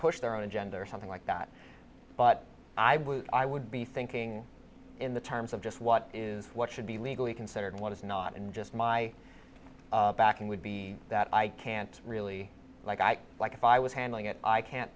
push their own agenda or something like that but i would i would be thinking in the terms of just what is what should be legally considered and what is not and just my backing would be that i can't really like i like if i was handling it i can't